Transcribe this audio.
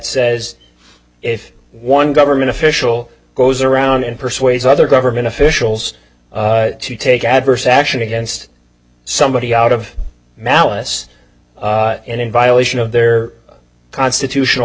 says if one government official goes around and persuades other government officials to take adverse action against somebody out of malice and in violation of their constitutional